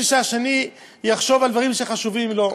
כדי שהשני יחשוב על דברים שחשובים לו.